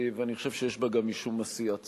ואני חושב שיש בה גם משום עשיית צדק.